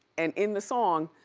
and in the song,